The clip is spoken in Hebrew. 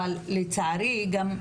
אבל לצערי גם,